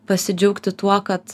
pasidžiaugti tuo kad